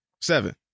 Seven